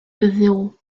zéro